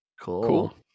Cool